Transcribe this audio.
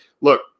look